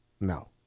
no